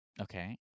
Okay